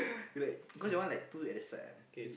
like cause your one like too at the side ah